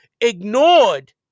ignored